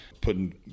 putting